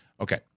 Okay